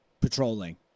patrolling